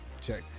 Check